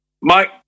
Mike